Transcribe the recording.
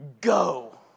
Go